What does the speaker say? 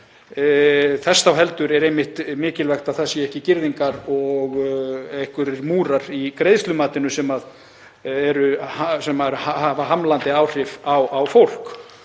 þess þá heldur er einmitt mikilvægt að það séu ekki girðingar og einhverjir múrar í greiðslumatinu sem hafa hamlandi áhrif á fólk.